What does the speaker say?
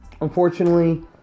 Unfortunately